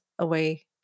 away